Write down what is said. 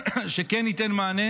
שכן ייתן איזשהו מענה.